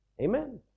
Amen